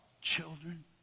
children